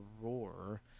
Roar